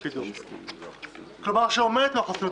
יכול להיות שיש פה, לטענת חלק מאתנו,